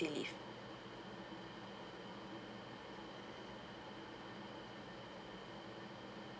leave